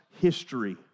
history